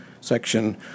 Section